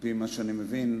על-פי מה שאני מבין,